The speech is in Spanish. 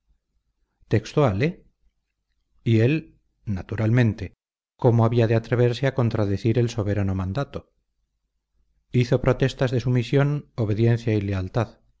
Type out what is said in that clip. textual eh y él naturalmente cómo había de atreverse a contradecir el soberano mandato hizo protestas de sumisión obediencia y lealtad